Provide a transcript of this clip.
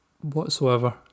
whatsoever